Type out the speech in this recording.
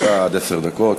יש לך עד עשר דקות.